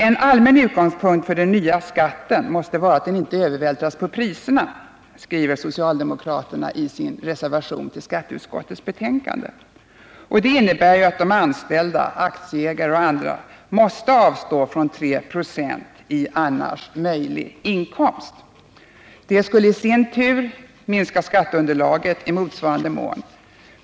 Socialdemokraterna skriver i sin reservation vid skatteutskottets betänkande att ”en allmän utgångspunkt för den nya skatten måste vara att den inte övervältras på priserna”. Det innebär att de anställda, aktieägarna och andra måste avstå från 3 96 i annars möjlig inkomst. Det skulle i sin tur minska skatteunderlaget i motsvarande mån.